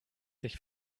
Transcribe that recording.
sich